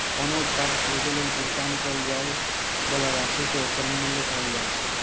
कोनो उत्पाद खरीदै लेल भुगतान कैल जाइ बला राशि कें ओकर मूल्य कहल जाइ छै